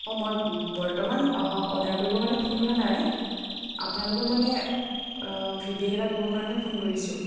অঁ মই বৰ্তমান অৰ্ডাৰ কৰিবৰ কাৰণে ফোন কৰা নাই আপোনালোকক মানে ফিডবে'ক এটা দিবৰ কাৰণে ফোন কৰিছোঁ